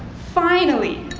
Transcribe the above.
finally,